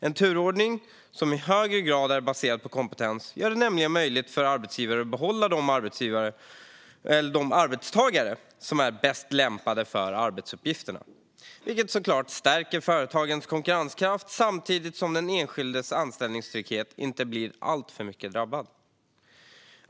En sådan turordning gör det nämligen möjligt för arbetsgivare att behålla de arbetstagare som är bäst lämpade för arbetsuppgifterna, vilket självklart stärker företagens konkurrenskraft samtidigt som den enskildes anställningstrygghet inte blir alltför drabbad.